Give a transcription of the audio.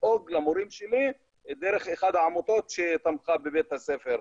לדאוג למורים שלי דרך אחת העמותות שתמכה בבית הספר.